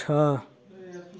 छः